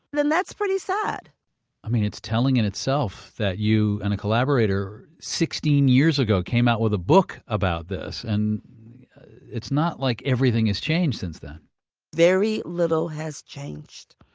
that's pretty sad i mean, it's telling in itself that you and a collaborator sixteen years ago came out with a book about this and it's not like everything has changed since then very little has changed.